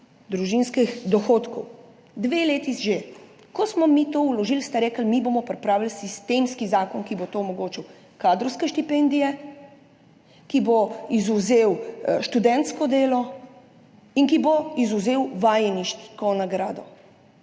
družinskih dohodkov. Dve leti že. Ko smo mi to vložili, ste rekli, mi bomo pripravili sistemski zakon, ki bo to omogočil, kadrovske štipendije, ki bo izvzel študentsko delo in ki bo izvzel vajeniško nagrado.